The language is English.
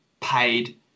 paid